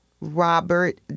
robert